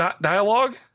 dialogue